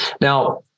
Now